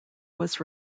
was